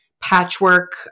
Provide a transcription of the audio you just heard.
patchwork